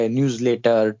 Newsletter